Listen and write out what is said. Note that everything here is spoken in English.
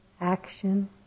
action